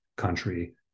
country